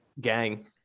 gang